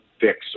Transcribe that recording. fix